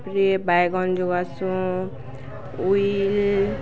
ପରେ ବାଇଗନ୍ ଯୋଗାସୁଁ ଉଇଲ୍